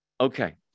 Okay